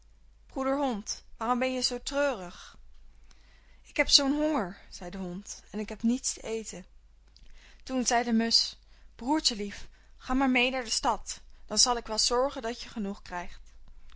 broeder hond waarom ben je zoo treurig ik heb zoo'n honger zei de hond en ik heb niets te eten toen zei de musch broertje lief ga maar mee naar de stad dan zal ik wel zorgen dat je genoeg krijgt